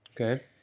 Okay